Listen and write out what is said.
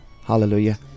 hallelujah